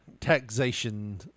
taxation